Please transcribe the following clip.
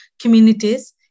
communities